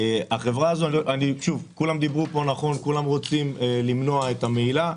כולם רוצים למנוע מהילה,